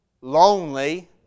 lonely